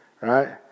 right